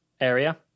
area